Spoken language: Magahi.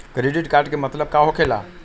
क्रेडिट कार्ड के मतलब का होकेला?